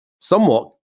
somewhat